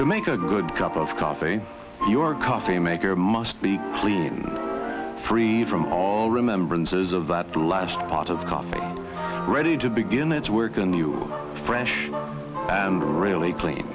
to make a good cup of coffee your coffee maker must be clean freed from all remembrances of that last pot of coffee ready to begin its work a new fresh and really clean